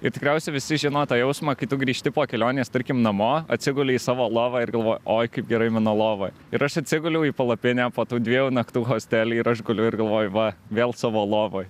ir tikriausiai visi žino tą jausmą kai tu grįžti po kelionės tarkim namo atsiguli į savo lovą ir galvoji oi kaip gerai mano lovoj ir aš atsiguliau į palapinę po tų dviejų naktų hostelyje ir aš guliu ir galvoju va vėl savo lovoj